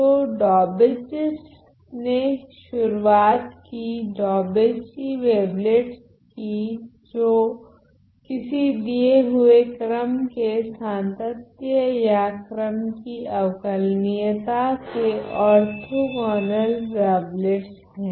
तो डौबेचीस ने शुरुआत की डौबेची वेवलेट्स की जो किसी दिये हुए क्रम के सांतत्य या क्रम की अवकलनीयता के ओर्थोगोनल वावेलेट्स हैं